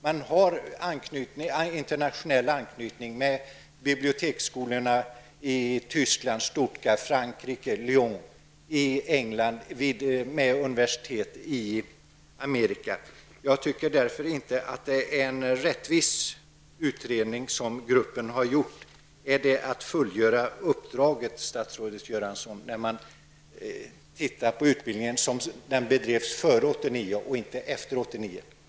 Man har internationell anknytning till biblioteksskolorna i Stuttgart i Tyskland, i Lyon i Frankrike och i England och med universitet i Amerika. Jag tycker därför inte att det är en rättvis utredning som gruppen har gjort. Är det att fullgöra uppdraget, statsrådet Göransson, när man ser på hur utbildningen bedrevs före 1989 och inte efter 1989?